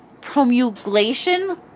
promulgation